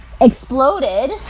exploded